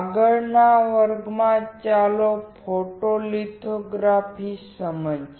આગળના વર્ગમાં ચાલો ફોટોલિથોગ્રાફી સમજીએ